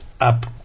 Up